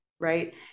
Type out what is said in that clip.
Right